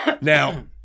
Now